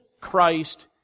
Christ